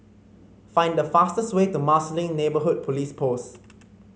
find the fastest way to Marsiling Neighbourhood Police Post